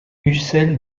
ussel